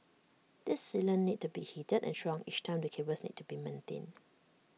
this sealant needed to be heated and shrunk each time the cables need to be maintained